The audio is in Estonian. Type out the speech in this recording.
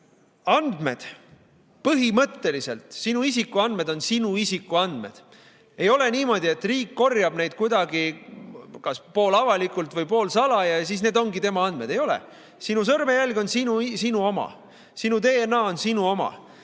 Põhimõtteliselt, sinu isikuandmed on sinu andmed. Ei ole niimoodi, et riik korjab neid kuidagi kas poolavalikult või poolsalaja ja siis need ongi tema andmed. Ei ole. Sinu sõrmejälg on sinu oma, sinu DNA on sinu oma